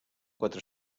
quatre